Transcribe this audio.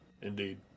Indeed